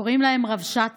קוראים להם רבש"צים.